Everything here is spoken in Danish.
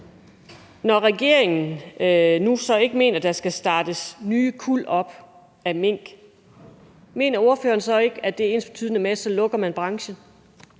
Når regeringen nu ikke mener, at der skal startes nye kuld af mink op, mener ordføreren så ikke, at det er ensbetydende med, at man lukker branchen?